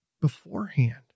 beforehand